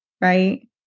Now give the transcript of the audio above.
right